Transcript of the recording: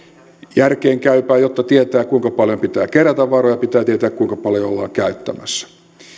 järkeenkäypää jotta tietää kuinka paljon pitää kerätä varoja pitää tietää kuinka paljon ollaan käyttämässä